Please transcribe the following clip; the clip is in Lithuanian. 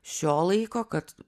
šio laiko kad